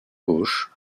gauche